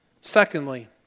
Secondly